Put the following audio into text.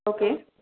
okay